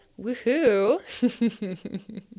Woohoo